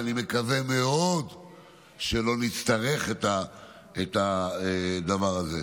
אני מקווה מאוד שלא נצטרך את הדבר הזה.